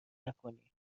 نکنی